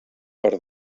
per